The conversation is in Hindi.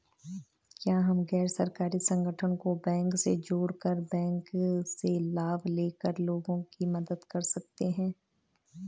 क्या हम गैर सरकारी संगठन को बैंक से जोड़ कर बैंक से लाभ ले कर लोगों की मदद कर सकते हैं?